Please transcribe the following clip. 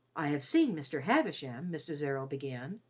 i have seen mr. havisham, mrs. errol began,